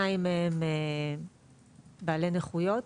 שניים מהם בעלי נכויות,